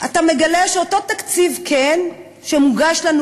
אתה מגלה שאותו תקציב שמוגש לנו,